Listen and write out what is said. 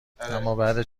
امابعد